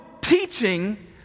teaching